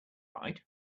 right